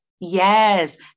Yes